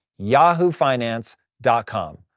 yahoofinance.com